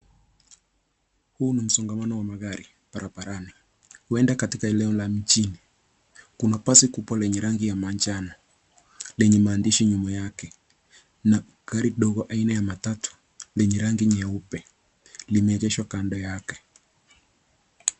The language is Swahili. Huu ni msongamano wa magari barabarani huenda katika eneo la mjini. Kuna basi kubwa lenye rangi ya manjano lenye maandishi nyuma yake na gari dogo aina ya matatu yenye rangi nyeupe limeegeshwa kando yake.